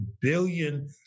billion